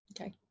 Okay